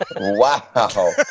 Wow